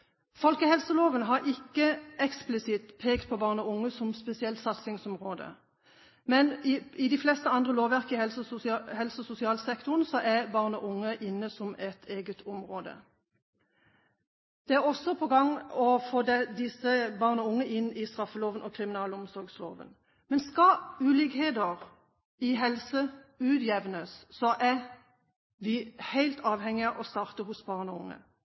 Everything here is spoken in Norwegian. Folkehelseloven har ikke eksplisitt pekt på barn og unge som et spesielt satsingsområde, men i de fleste andre lovverk i helse- og sosialsektoren er barn og unge inne som et eget område. Det er også på gang å få disse barn og unge inn i straffeloven og kriminalomsorgsloven. Men skal ulikheter i helse utjevnes, er vi helt avhengige av å starte med barn og unge.